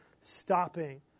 stopping